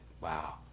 wow